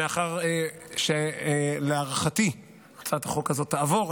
מאחר שלהערכתי הצעת החוק הזאת תעבור,